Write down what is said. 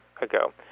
ago